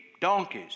donkeys